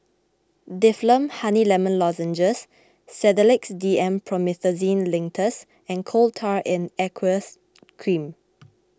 Difflam Honey Lemon Lozenges Sedilix D M Promethazine Linctus and Coal Tar in Aqueous Cream